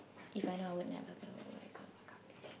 If I know I would never fail what would I go accomplish